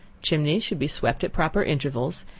chimneys should be swept at proper intervals,